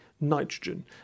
nitrogen